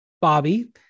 Bobby